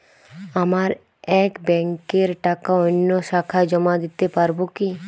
আমার এক ব্যাঙ্কের টাকা অন্য শাখায় জমা দিতে পারব কি?